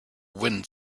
wind